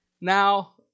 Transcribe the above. now